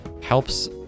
helps